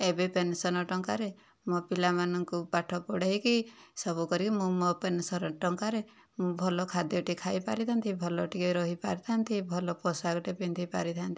ଏବେ ପେନ୍ସନ୍ ଟଙ୍କାରେ ମୋ ପିଲାମାନଙ୍କୁ ପାଠ ପଢ଼େଇକି ସବୁ କରିକି ମୁଁ ମୋ ପେନ୍ସନ୍ ଟଙ୍କାରେ ମୁଁ ଭଲ ଖାଦ୍ୟଟିଏ ଖାଇ ପାରିଥାନ୍ତି ଭଲ ଟିକିଏ ରହି ପାରିଥାନ୍ତି ଭଲ ପୋଷାକଟିଏ ପିନ୍ଧି ପାରିଥାନ୍ତି